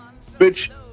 bitch